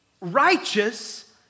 righteous